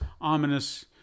ominous